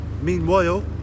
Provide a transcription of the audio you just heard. meanwhile